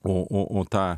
o o o tą